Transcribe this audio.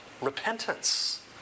repentance